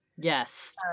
Yes